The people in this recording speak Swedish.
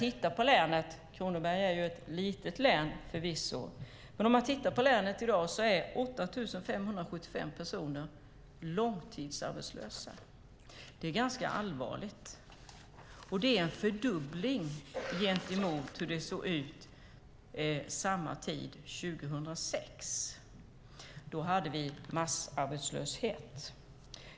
Kronoberg är förvisso ett litet län, men i hela länet är 8 575 personer långtidsarbetslösa. Det är ganska allvarligt, och det är en fördubbling gentemot hur det såg ut samma tid 2006. Då hade vi massarbetslöshet.